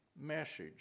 message